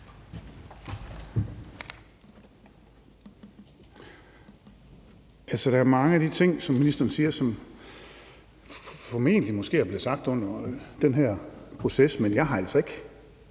Der er mange af de ting, som ministeren siger, som formentlig er blevet sagt under den her proces, men jeg har altså ikke